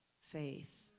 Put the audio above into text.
faith